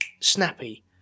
snappy